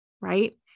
right